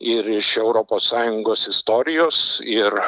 ir iš europos sąjungos istorijos ir